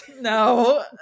no